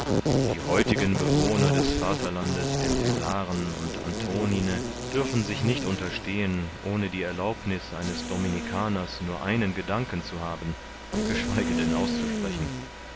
die heutigen bewohner des vaterlandes der cäsaren und antonine dürfen sich nicht unterstehen ohne die erlaubniß eines dominicaners nur einen gedanken zu haben geschweige denn auszusprechen